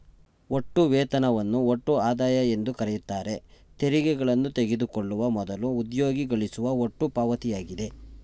ಒಟ್ಟು ವೇತನವನ್ನು ಒಟ್ಟು ಆದಾಯ ಎಂದುಕರೆಯುತ್ತಾರೆ ತೆರಿಗೆಗಳನ್ನು ತೆಗೆದುಕೊಳ್ಳುವ ಮೊದಲು ಉದ್ಯೋಗಿ ಗಳಿಸುವ ಒಟ್ಟು ಪಾವತಿಯಾಗಿದೆ